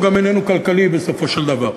הוא גם איננו כלכלי בסופו של דבר.